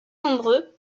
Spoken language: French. nombreux